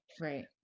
right